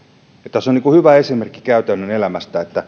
tässä on hyvä esimerkki käytännön elämästä